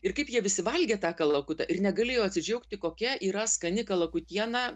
ir kaip jie visi valgė tą kalakutą ir negalėjo atsidžiaugti kokia yra skani kalakutiena